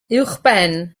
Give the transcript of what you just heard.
uwchben